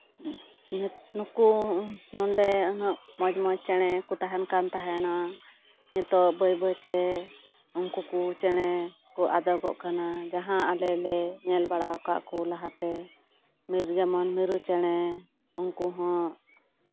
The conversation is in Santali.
ᱱᱩᱠᱩ ᱱᱚᱰᱮ ᱩᱱᱟᱹᱜ ᱢᱚᱡᱽ ᱢᱚᱡᱽ ᱪᱮᱬᱮ ᱠᱚ ᱛᱟᱦᱮᱱ ᱠᱟᱱ ᱛᱟᱦᱮᱱᱟ ᱱᱤᱛᱚᱜ ᱵᱟᱹᱭ ᱵᱟᱹᱭ ᱛᱮ ᱩᱱᱠᱩ ᱠᱚ ᱪᱮᱬᱮ ᱠᱚ ᱟᱫᱚᱜᱚᱜ ᱠᱟᱱᱟ ᱡᱟᱦᱟᱸ ᱟᱞᱮ ᱞᱮ ᱧᱮᱞ ᱵᱟᱲᱟ ᱠᱟᱜ ᱠᱚ ᱞᱟᱦᱟᱛᱮ ᱡᱮᱢᱚᱱ ᱢᱤᱨᱩ ᱪᱮᱬᱮ ᱩᱱᱠᱩ ᱦᱚᱸ